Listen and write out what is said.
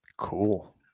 Cool